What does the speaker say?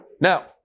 Now